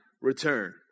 return